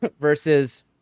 versus